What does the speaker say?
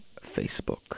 facebook